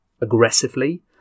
aggressively